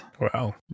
Wow